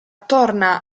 torna